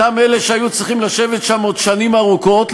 אותם אלה שהיו צריכים לשבת שם עוד שנים ארוכות,